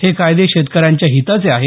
हे कायदे शेतकऱ्यांच्या हिताचे आहेत